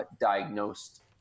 diagnosed